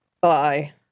bye